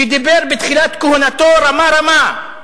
שדיבר בתחילת כהונתו רמה-רמה,